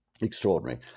Extraordinary